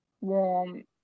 warm